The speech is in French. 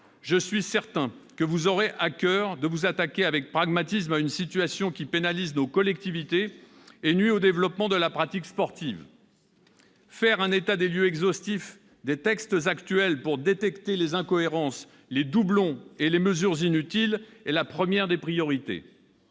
je suis certain que vous aurez à coeur de vous attaquer avec pragmatisme à une situation qui pénalise nos collectivités et nuit au développement de la pratique sportive. Faire un état des lieux exhaustif des textes actuels pour détecter les incohérences, les doublons et les mesures inutiles est la première des priorités